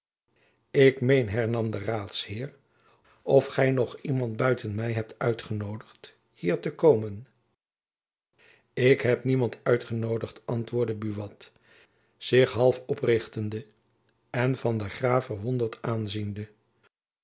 ik meen hernam de raadsheer of gy nog iemand buiten my hebt uitgenoodigd hier te komen ik heb niemand uitgenoodigd antwoordde buat zich half oprichtende en van der graef verwonderd aanziende